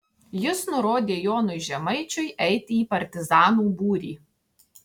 jis nurodė jonui žemaičiui eiti į partizanų būrį